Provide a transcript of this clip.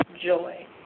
joy